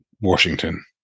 Washington